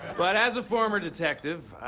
but as a former detective,